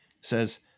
says